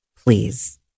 Please